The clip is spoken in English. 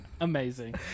Amazing